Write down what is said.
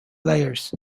layers